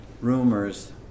rumors